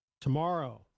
Tomorrow